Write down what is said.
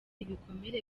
ibikomere